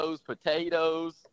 potatoes